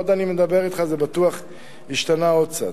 עוד אני מדבר אתך, זה בטוח השתנה עוד קצת.